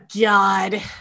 God